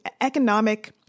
economic